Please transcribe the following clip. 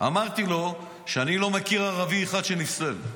אמרתי לו שאני לא מכיר ערבי אחד שנפסל.